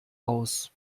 aus